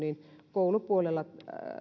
koulupuolella